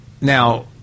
Now